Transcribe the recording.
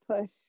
push